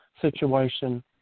Situation